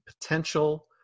potential